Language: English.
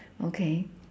okay